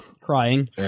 crying